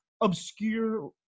obscure